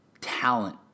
talent